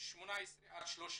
36-18